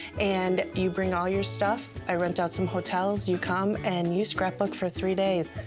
and you bring all your stuff. i rent out some hotels. you come and you scrapbook for three days.